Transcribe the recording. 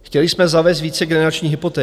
Chtěli jsme zavést vícegenerační hypotéky.